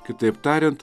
kitaip tariant